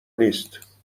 نیست